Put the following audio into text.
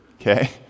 okay